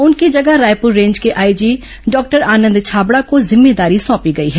उनकी जगह रायपुर रेंज के आईजी डॉक्टर आनंद छाबड़ा को जिम्मेदारी सौंपी गई है